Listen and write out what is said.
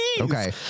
Okay